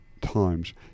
times